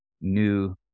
new